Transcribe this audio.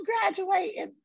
graduating